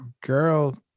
girl